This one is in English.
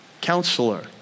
Counselor